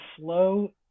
slow